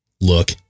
look